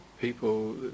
people